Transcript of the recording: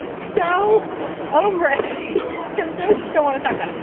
ah so over him just still want to talk about.